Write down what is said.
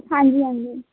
ਹਾਂਜੀ ਹਾਂਜੀ